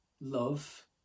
love